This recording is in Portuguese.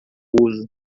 uso